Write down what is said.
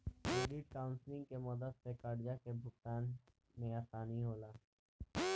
credit counselling के मदद से कर्जा के भुगतान में आसानी होला